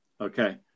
Okay